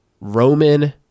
Roman